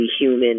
human